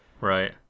Right